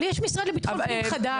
אבל יש משרד לביטחון פנים חדש,